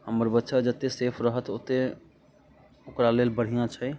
हमर बच्चा जते सेफ रहत ओते ओकरा लेल बढ़िआँ छै